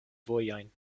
vojojn